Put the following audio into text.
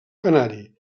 canari